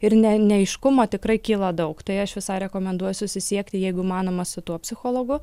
ir ne neaiškumo tikrai kyla daug tai aš visai rekomenduoju susisiekti jeigu įmanoma su tuo psichologu